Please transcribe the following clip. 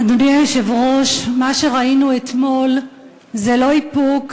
אדוני היושב-ראש, מה שראינו אתמול זה לא איפוק,